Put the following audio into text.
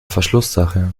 verschlusssache